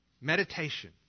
Meditation